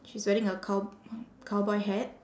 she's wearing a cow~ cowboy hat